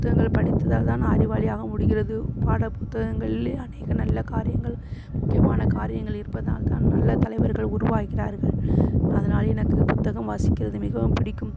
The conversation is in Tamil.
புத்தகங்கள் படித்ததால் தான் நான் அறிவாளியாக முடிகிறது பாட புத்தகங்களிலே அநேக நல்ல காரியங்கள் முக்கியமான காரியங்கள் இருப்பதனால் தான் நல்ல தலைவர்கள் உருவாகிறார்கள் அதனால் எனக்கு புத்தகம் வாசிக்கிறது மிகவும் பிடிக்கும்